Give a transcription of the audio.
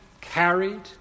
carried